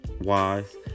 wise